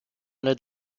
under